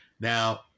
now